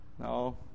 No